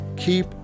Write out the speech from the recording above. Keep